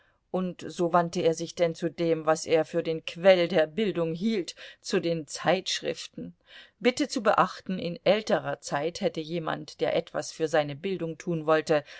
und so wandte er sich denn zu dem was er für den quell der bildung hielt zu den zeitschriften bitte zu beachten in älterer zeit hätte jemand der etwas für seine bildung tun wollte